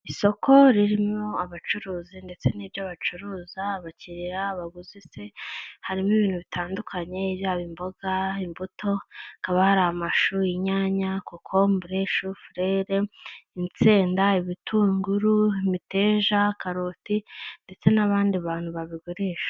Isoko ririmo abacuruzi ndetse n'ibyo bacuruza abakiriya baguzi se, harimo ibintu bitandukanye yaba imboga, imbuto, hakaba hari amashu, inyanya, kokombure, shufurere, isenda, ibitunguru, miteja, karoti ndetse n'abandi bantu babigurisha.